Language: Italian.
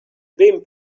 ben